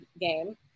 game